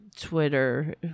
Twitter